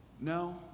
No